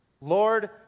Lord